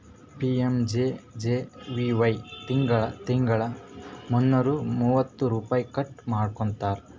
PMJJBY ತಿಂಗಳಾ ತಿಂಗಳಾ ಮುನ್ನೂರಾ ಮೂವತ್ತ ರುಪೈ ಕಟ್ ಮಾಡ್ಕೋತಾರ್